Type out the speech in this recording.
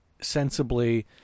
sensibly